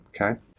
okay